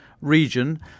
region